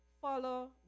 follow